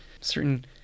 certain